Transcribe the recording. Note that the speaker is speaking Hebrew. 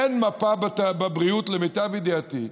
אין מפה בבריאות, למיטב ידיעתי,